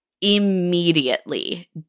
immediately